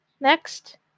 Next